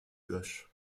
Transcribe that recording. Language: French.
gauche